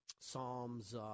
Psalms